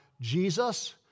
Jesus